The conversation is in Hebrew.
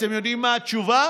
אתם יודעים מה התשובה?